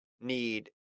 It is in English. need